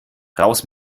raus